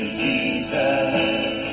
Jesus